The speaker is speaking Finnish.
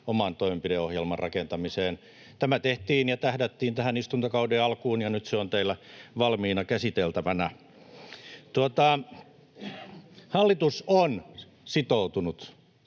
oman toimenpideohjelman rakentamiseen. Tämä tehtiin ja tähdättiin tähän istuntokauden alkuun, ja nyt se on teillä valmiina käsiteltävänä. Hallitus on sitoutunut.